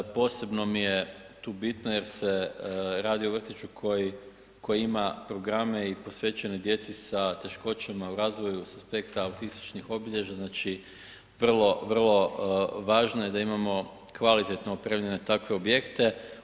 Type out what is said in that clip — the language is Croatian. Posebno mi je tu bitno jer se radi o vrtiću koji ima programe i posvećen je djeci sa teškoćama u razvoju sa aspekta autističnih obilježja, znači vrlo, vrlo važno je da imamo kvalitetno opremljene takve objekte.